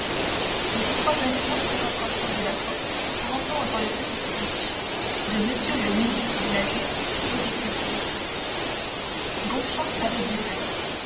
et les trois jeunes gens se rapprochèrent de la porte pour entendre le petit speech de m le ministre de la justice et des cultes beauchamp avait dit